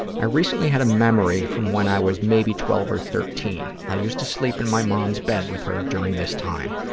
i recently had a memory from when i was maybe twelve or thirteen. i used to sleep in my mom's bed with her during this time.